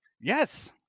Yes